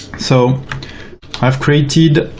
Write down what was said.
so i've created